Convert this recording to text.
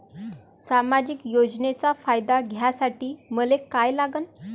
सामाजिक योजनेचा फायदा घ्यासाठी मले काय लागन?